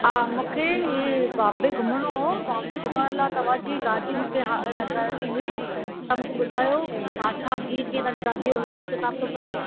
हा मूंखे ही बॉम्बे घुमणो हुओ बॉम्बे घुमण लाइ तव्हांजी गाॾी मूंखे हायर करणी हुई त मूंखे ॿुधायो छा छा कीअं कीअं तव्हांजी गाॾीअ जो हिसाब किताब थो पए